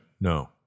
No